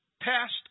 passed